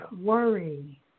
worry